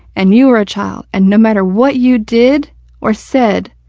and you are a child. and no matter what you did or said,